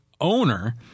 owner